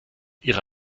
ihre